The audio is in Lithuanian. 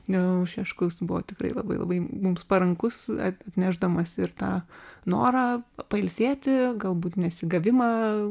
šeškus buvo tikrai labai labai mums parankus atnešdamas ir tą norą pailsėti galbūt nesigavimą